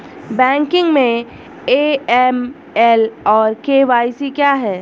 Banking में AML और KYC क्या हैं?